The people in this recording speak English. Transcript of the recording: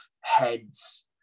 heads